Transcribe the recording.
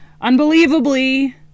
Unbelievably